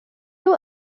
you